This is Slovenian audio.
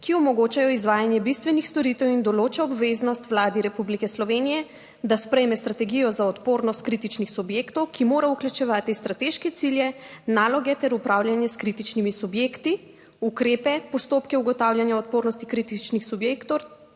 ki omogočajo izvajanje bistvenih storitev in določa obveznost Vladi Republike Slovenije, da sprejme strategijo za odpornost kritičnih subjektov, ki mora vključevati strateške cilje, naloge ter upravljanje s kritičnimi subjekti, ukrepe, postopke ugotavljanja odpornosti kritičnih subjektov